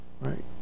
Right